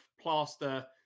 plaster